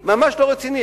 רציני, ממש לא רציני.